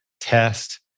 test